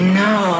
no